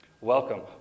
welcome